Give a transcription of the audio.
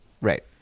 Right